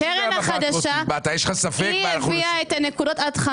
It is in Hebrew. אתה הצגת את זה